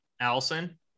allison